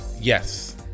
Yes